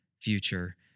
future